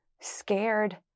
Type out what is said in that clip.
scared